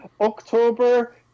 October